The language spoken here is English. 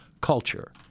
culture